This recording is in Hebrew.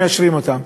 מאשרים אותם.